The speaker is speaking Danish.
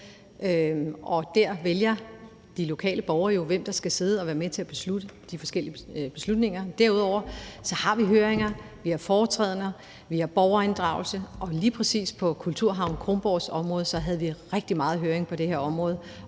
og der vælger de lokale borgere jo, hvem der skal sidde og være med til at træffe de forskellige beslutninger. Derudover har vi høringer, vi har foretræder, vi har borgerinddragelse, og lige præcis på Kulturhavn Kronborgs-området havde vi rigtig meget høring og rigtig meget